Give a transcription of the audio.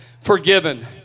forgiven